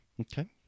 okay